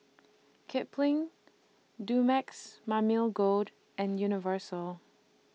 Kipling Dumex Mamil Gold and Universal